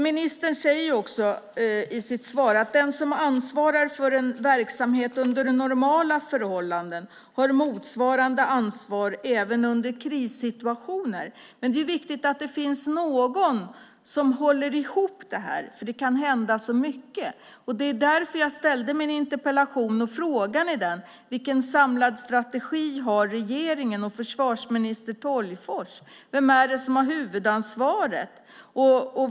Ministern säger i sitt svar: "Den som ansvarar för en verksamhet under normala förhållanden har motsvarande ansvar även under krissituationer." Men det är viktigt att det finns någon som håller ihop det här, för det kan hända så mycket. Det var därför jag ställde frågan i min interpellation: Vilken samlad strategi har regeringen och försvarsminister Tolgfors? Vem har huvudansvaret?